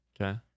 Okay